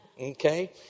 Okay